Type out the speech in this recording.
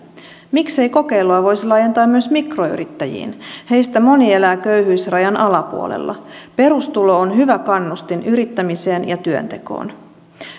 miksei kokeilua voisi laajentaa myös mikroyrittäjiin heistä moni elää köyhyysrajan alapuolella perustulo on hyvä kannustin yrittämiseen ja työntekoon